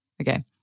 Okay